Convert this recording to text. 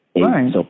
Right